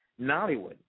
Nollywood